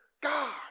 God